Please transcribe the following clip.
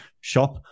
shop